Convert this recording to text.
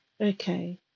Okay